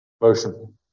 motion